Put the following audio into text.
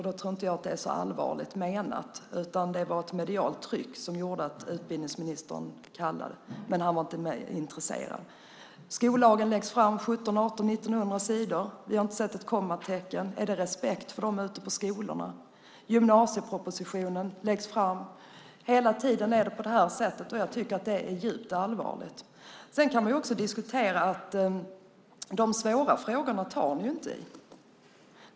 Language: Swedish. Då tror jag inte att det var så allvarligt menat, utan det var ett medialt tryck som gjorde att utbildningsministern kallade, men han var inte mer intresserad. Skollagen läggs fram - 1 700, 1 800, 1 900 sidor - men vi har inte satt ett kommatecken. Är det respekt för dem som är ute på skolorna? Gymnasiepropositionen läggs fram, och hela tiden är det på det här sättet. Jag tycker att det är djupt allvarligt. Sedan kan man också diskutera att ni inte tar i de svåra frågorna.